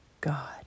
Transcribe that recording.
God